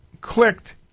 clicked